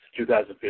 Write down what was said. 2015